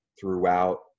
throughout